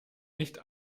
nicht